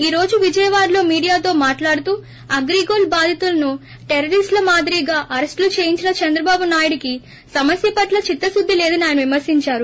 ఈ రోజు విజయవాడలో మీడియాతో మాట్లాడుతూ అగ్రీగోల్డ్ బాధితులను టెర్రరిస్ట్ ల మాదిరిగా అరెస్టులు చేయించిన చంద్రబాబు నాయుడుకి సమస్య పట్ల చిత్త శుద్ది లేదని ఆయన విమర్శించారు